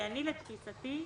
לתפיסתי,